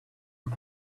and